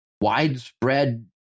widespread